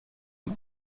und